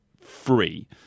free